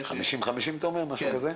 50-50 אתה אומר, משהו כזה?